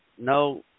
no